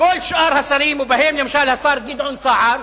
כל שאר השרים, ובהם למשל השר גדעון סער,